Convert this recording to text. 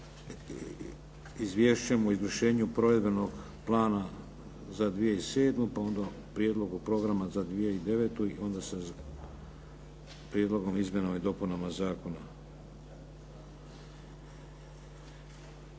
Izvješćem o izvršenju provedbenog plana za 2007., pa onda o prijedlogu programa za 2009. i onda sa Prijedlogom o izmjenama i dopunama zakona.